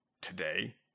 today